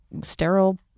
sterile